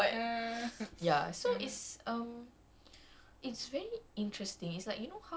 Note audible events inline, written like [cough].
actually I was like should I watch ethnic live no let me watch guide to grabfood [laughs] oh my god